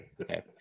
okay